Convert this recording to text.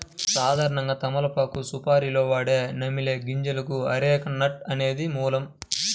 సాధారణంగా తమలపాకు సుపారీలో వాడే నమిలే గింజలకు అరెక నట్ అనేది మూలం